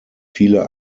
viele